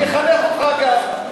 אני אחנך אותך, גם.